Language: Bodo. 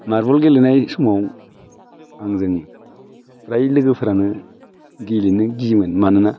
मारबल गेलेनाय समाव आंजों फ्राय लोगोफोरानो गेलेनो गियोमोन मानोना